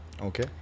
Okay